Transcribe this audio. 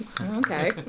okay